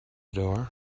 door